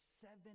seven